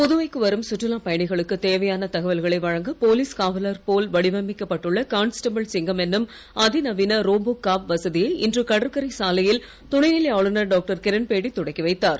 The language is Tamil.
புதுவைக்கு வரும் சுற்றுலா பயணிகளுக்குத் தேவையான தகவல்களை வழங்க போலீஸ் காவலர் போல் வடிவமைக்கப் பட்டுள்ள கான்ஸ்டபிள் சிங்கம் என்னும் அதிநவீன ரோபோ காப் வசதியை இன்று கடற்கரை சாலையில் துணைநிலை ஆளுனர் டாக்டர்கிரண்பேடி தொடக்கிவைத்தார்